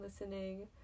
listening